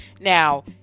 Now